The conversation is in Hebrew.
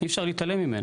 אי-אפשר להתעלם ממנו.